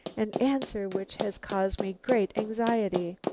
an answer which has caused me great anxiety.